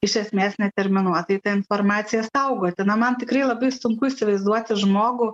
iš esmės neterminuotai tą informaciją saugoti na man tikrai labai sunku įsivaizduoti žmogų